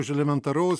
už elementaraus